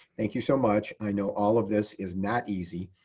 thank you so much. i know all of this is not easy,